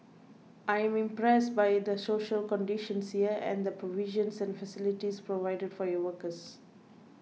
I am impressed by the social conditions here and the provisions and facilities provided for your workers